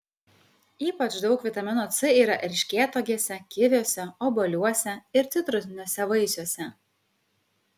ypač daug vitamino c yra erškėtuogėse kiviuose obuoliuose ir citrusiniuose vaisiuose